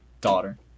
daughter